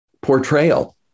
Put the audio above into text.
portrayal